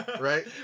Right